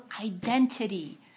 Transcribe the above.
identity